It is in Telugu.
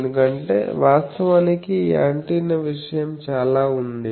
ఎందుకంటే వాస్తవానికి ఈ యాంటెన్నా విషయం చాలా ఉంది